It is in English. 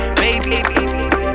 baby